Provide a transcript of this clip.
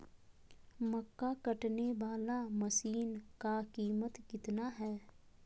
मक्का कटने बाला मसीन का कीमत कितना है?